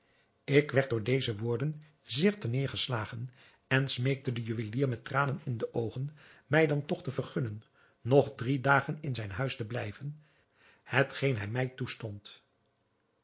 ik werd door deze woorden zeer ter neêr geslagen en smeekte den juwelier met tranen in de oogen mij dan toch te vergunnen nog drie dagen in zijn huis te blijven hetgeen hij mij toestond